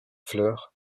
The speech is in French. fleurs